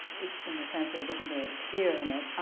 in the sense that it doesn't really appear in it.